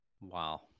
wow